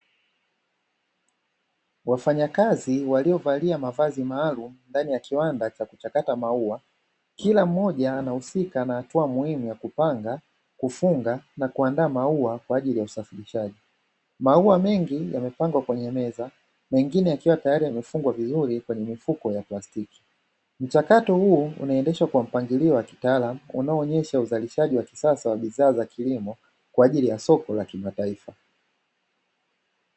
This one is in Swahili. Wafanyakazi waliovalia mavazi maalumu ndani ya kiwabda cha kuchakata maua